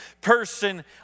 person